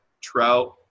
trout